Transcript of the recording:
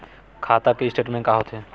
खाता के स्टेटमेंट का होथे?